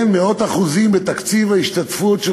כן, מאות אחוזים, בתקציב ההשתתפות של